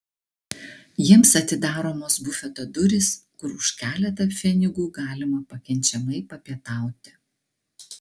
jiems atidaromos bufeto durys kur už keletą pfenigų galima pakenčiamai papietauti